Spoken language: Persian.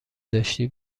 داشتی